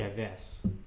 ah this